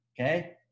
okay